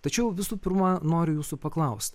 tačiau visų pirma noriu jūsų paklaust